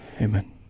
Amen